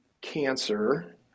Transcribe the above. cancer